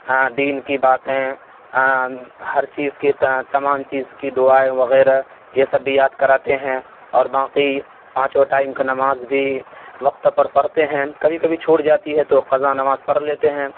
دین کی باتیں ہر چیز کی تمام چیز کی دعائیں وغیرہ یہ سب بھی یاد کراتے ہیں اور باقی پانچوں ٹائم کی نماز بھی وقت پر پڑھتے ہیں کبھی کبھی چھوٹ جاتی ہے تو قضا نماز پڑھ لیتے ہیں